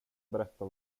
berätta